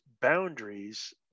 boundaries